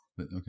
Okay